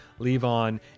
Levon